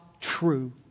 true